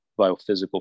biophysical